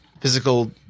physical